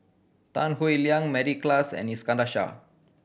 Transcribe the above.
Tan Howe Liang Mary Klass and Iskandar Shah